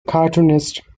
cartoonist